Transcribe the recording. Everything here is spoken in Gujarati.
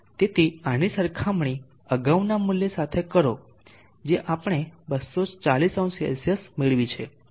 તેથી આની સરખામણી અગાઉના મૂલ્ય સાથે કરો જે આપણે 2400C મેળવી છે